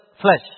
flesh